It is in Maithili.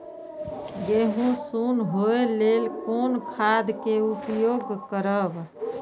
गेहूँ सुन होय लेल कोन खाद के उपयोग करब?